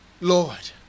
Lord